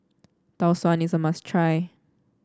Tau Suan is a must try